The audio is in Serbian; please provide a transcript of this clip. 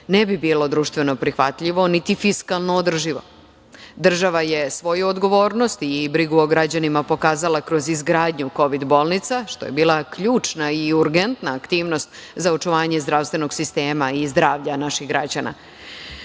ne bi bilo društveno prihvatljivo, niti fiskalno održivo. Država je svoju odgovornost i brigu o građanima pokazala kroz izgradnju kovid bolnica, što je bila ključna i urgentna aktivnost za očuvanje zdravstvenog sistema i zdravlja naših građana.